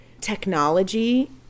technology